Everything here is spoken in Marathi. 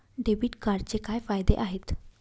डेबिट कार्डचे काय फायदे आहेत?